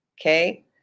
Okay